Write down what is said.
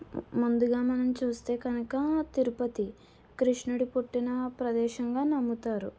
ముందుగా మనం చూస్తే కనుక తిరుపతి కృష్ణుడు పుట్టిన ప్రదేశంగా నమ్ముతారు